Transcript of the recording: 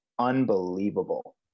Unbelievable